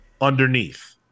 underneath